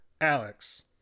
Alex